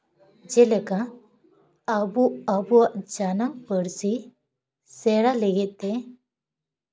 ᱡᱮᱞᱮᱠᱟ ᱟᱵᱚ ᱟᱵᱚᱣᱟᱜ ᱡᱟᱱᱟᱢ ᱯᱟᱹᱨᱥᱤ ᱥᱮᱬᱟ ᱞᱟᱹᱜᱤᱫ ᱛᱮ